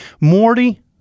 Morty